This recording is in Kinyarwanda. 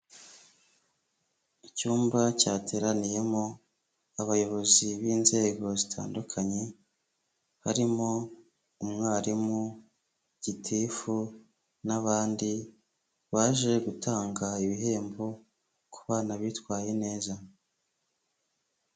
Icyumba cyateraniyemo abayobozi b'inzego zitandukanye harimo umwarimu, gitifu n'abandi baje gutanga ibihembo ku bana bitwaye neza.